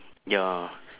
ya